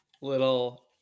little